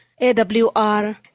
AWR